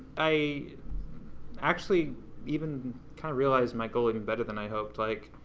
i actually even kind of realized my goal even better than i hoped like,